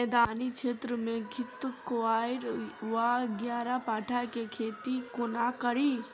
मैदानी क्षेत्र मे घृतक्वाइर वा ग्यारपाठा केँ खेती कोना कड़ी?